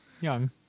Young